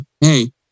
hey